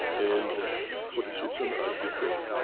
and for this reason i give the.